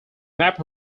map